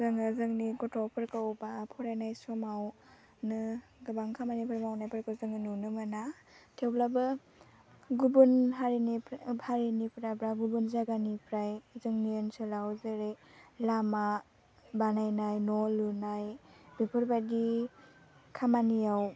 जोङो जोंनि गथ'फोरखौ बा फरायनाय समावनो गोबां खामानिफोर मावनायफोरखौ जोङो नुनो मोना थेवब्लाबो गुबुन हारिनि हारिनिफ्रा बा गुबुन जायगानिफ्राय जोंनि ओनसोलाव जेरै लामा बानायनाय न' लुनाय बेफोरबायदि खामानियाव